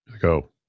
go